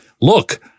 Look